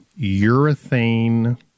urethane